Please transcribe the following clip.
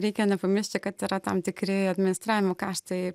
reikia nepamiršti kad yra tam tikri administravimo kaštai